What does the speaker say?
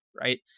right